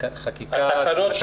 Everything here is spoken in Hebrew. התקנות.